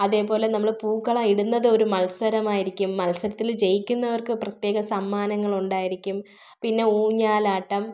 അതേപോലെ നമ്മൾ പൂക്കളം ഇടുന്നത് ഒരു മത്സരം ആയിരിക്കും മത്സരത്തിൽ ജയിക്കുന്നവർക്ക് പ്രത്യേകം സമ്മാനങ്ങൾ ഉണ്ടായിരിക്കും പിന്നെ ഊഞ്ഞാലാട്ടം